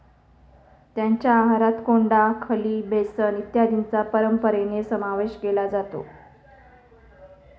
त्यांच्या आहारात कोंडा, खली, बेसन इत्यादींचा परंपरेने समावेश केला जातो